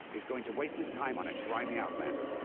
is going to waste his time on a grimy outlander.